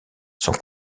sont